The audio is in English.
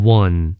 one